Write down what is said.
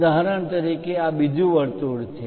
ઉદાહરણ તરીકે આ બીજું વર્તુળ છે